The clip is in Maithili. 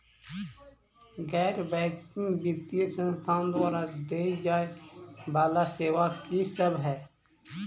गैर बैंकिंग वित्तीय संस्थान द्वारा देय जाए वला सेवा की सब है?